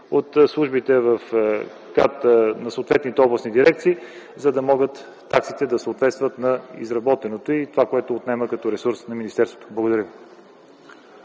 от службите в КАТ на съответните областни дирекции, за да могат таксите да съответстват на изработеното и това, което отнема като ресурс на министерството. Благодаря Ви.